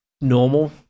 normal